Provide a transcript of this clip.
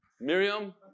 Miriam